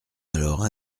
alors